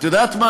את יודעת מה,